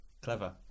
Clever